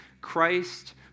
Christ